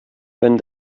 wenn